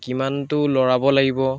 কিমানটো লৰাব লাগিব